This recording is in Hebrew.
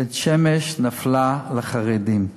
בית-שמש נפלה לחרדים,